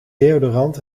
deodorant